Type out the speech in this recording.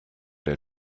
der